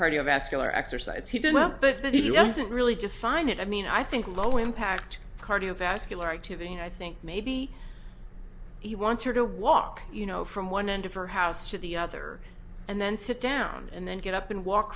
cardiovascular exercise he did well but he doesn't really define it i mean i think low impact cardiovascular activity and i think maybe he wants her to walk you know from one end of her house to the other and then sit down and then get up and walk